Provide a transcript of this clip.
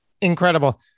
Incredible